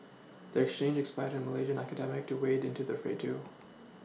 their exchange inspired a Malaysian academic to wade into the fray too